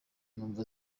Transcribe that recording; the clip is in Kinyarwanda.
numva